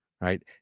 right